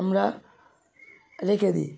আমরা রেখে দিই